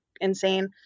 insane